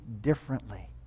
differently